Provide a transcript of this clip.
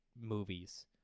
movies